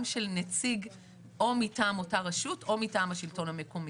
של נציג או מטעם אותה רשות או מטעם השלטון המקומי.